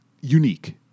unique